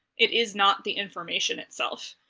it is not the information itself.